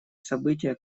события